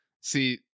See